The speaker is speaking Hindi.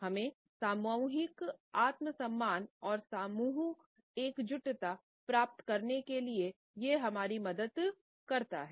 हमें सामूहिक आत्म सम्मान और समूह एकजुटता प्राप्त करने के लिए यह हमारी मदद करता है